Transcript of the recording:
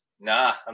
nah